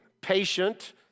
patient